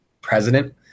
president